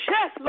Yes